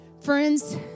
Friends